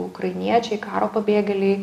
ukrainiečiai karo pabėgėliai